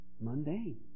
mundane